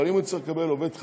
אבל אם יצטרכו לקבל עובד חדש,